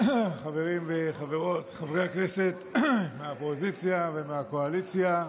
חברים וחברות חברי הכנסת מהאופוזיציה ומהקואליציה,